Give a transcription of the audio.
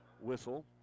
whistle